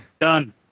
Done